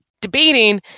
debating